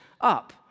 up